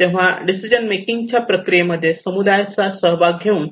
तेव्हा decision making च्या प्रक्रियेमध्ये समुदायाचा सहभाग घेऊन